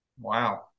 Wow